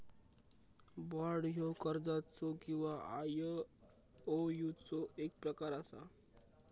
bond ह्यो कर्जाचो किंवा आयओयूचो एक प्रकार असा